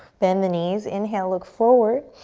bend the knees, inhale, look forward.